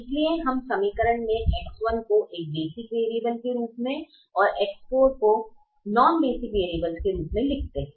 इसलिए हम समीकरण मे X1 को एक बेसिक वेरियब्लेस के रूप में और X4 को एक नॉन बेसिक वेरियब्लेस के रूप में लिखते हैं